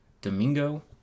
Domingo